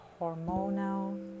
hormonal